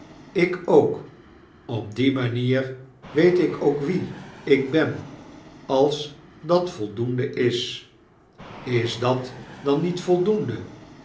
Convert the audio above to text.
ik ook op die manier weet ik ook wie ik ben als dat voldoende is is dat dan niet voldoende